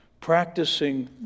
practicing